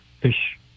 Fish